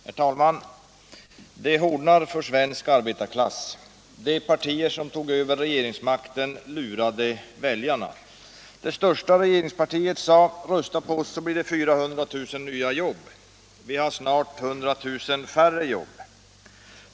Herr talman! Det hårdnar för svensk arbetarklass. De partier som tog över regeringsmakten lurade väljarna. Det största regeringspartiet sade: ”Rösta på oss så blir det 400 000 nya jobb.” Vi har snart 100 000 färre jobb!